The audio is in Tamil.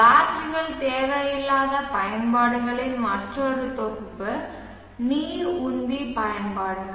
பேட்டரிகள் தேவையில்லாத பயன்பாடுகளின் மற்றொரு தொகுப்பு நீர் உந்தி பயன்பாடுகள்